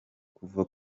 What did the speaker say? kuva